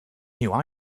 new